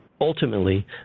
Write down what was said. Ultimately